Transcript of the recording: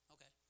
Okay